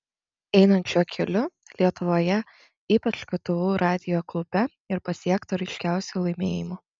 einant šiuo keliu lietuvoje ypač ktu radijo klube ir pasiekta ryškiausių laimėjimų